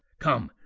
come,